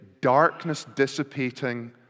darkness-dissipating